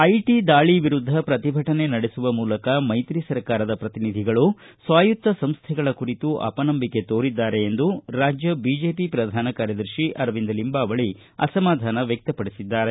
IT ದಾಳಿ ವಿರುದ್ಧ ಪ್ರತಿಭಟನೆ ನಡೆಸುವ ಮೂಲಕ ಮೈತ್ರಿ ಸರ್ಕಾರದ ಪ್ರತಿನಿಧಿಗಳು ಸ್ವಾಯುತ್ತ ಸಂಸ್ಟೆಗಳ ಕುರಿತು ಅಪನಂಬಿಕೆ ತೋರಿದ್ದಾರೆ ಎಂದು ರಾಜ್ಯ ಬಿಜೆಪಿ ಪ್ರಧಾನ ಕಾರ್ಯದರ್ಶಿ ಅರವಿಂದ್ ಲಿಂಬಾವಳಿ ಅಸಮಾಧಾನ ವ್ಯಕ್ತಪಡಿಸಿದ್ದಾರೆ